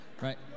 right